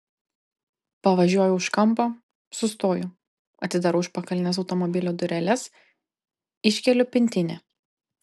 pavažiuoju už kampo sustoju atidarau užpakalines automobilio dureles iškeliu pintinę